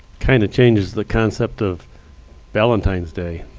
kind of changes the concept of valentine's day.